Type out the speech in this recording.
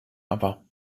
aber